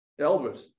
Elvis